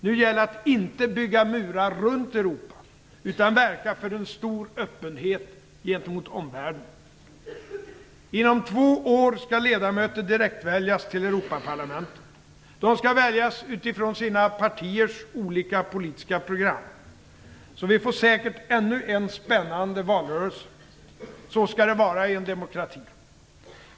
Nu gäller det att inte bygga murar runt Europa, utan att verka för en stor öppenhet gentemot omvärlden. Inom två år skall ledamöter direktväljas till Europaparlamentet. De skall väljas utifrån sina partiers olika politiska program. Vi får säkert ännu en spännande valrörelse. Så skall det vara i en demokrati.